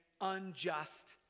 unjust